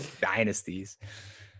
dynasties